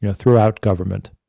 you know throughout government.